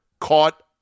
caught